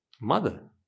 mother